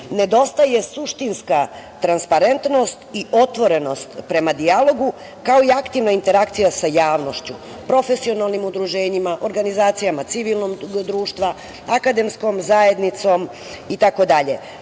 nedostaje suštinska transparentnost i otvorenost prema dijalogu, kao i aktivna interakcija sa javnošću, profesionalnim udruženjima, organizacijama civilnog društva, akademskom zajednicom itd.